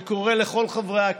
אני קורא לכל חברי הכנסת,